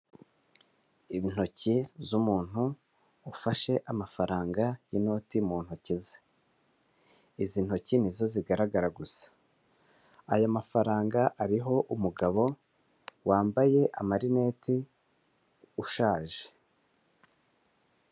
Intoki z'umuntu ufashe amafaranga y'inoti mu ntoki ze, izi ntoki nizo zigaragara gusa ayo mafaranga ariho umugabo wambaye amarineti ushaje.